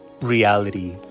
reality